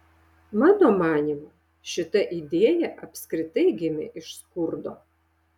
mano manymu šita idėja apskritai gimė iš skurdo